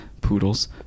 poodles